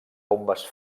bombes